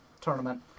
tournament